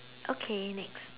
okay next